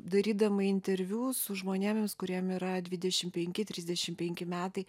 darydama interviu su žmonėmis kuriem yra dvidešim penki trisdešim penki metai